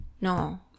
No